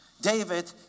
David